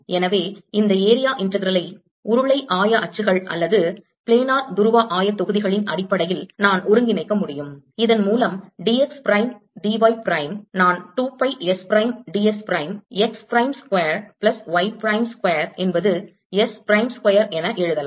எனவே இந்த area integral ஐ உருளை ஆய அச்சுகள் அல்லது பிளானர் துருவ ஆயத்தொகுதிகளின் அடிப்படையில் நான் ஒருங்கிணைக்க முடியும் இதன் மூலம் d x prime d y prime நான் 2 pi S prime d s prime x prime square plus y prime square என்பது s பிரைம் ஸ்கொயர் என எழுதலாம்